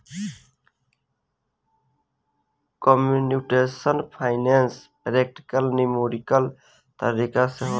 computational finance practical numerical तरीका से होला